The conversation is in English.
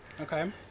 Okay